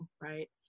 Right